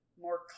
more